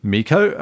Miko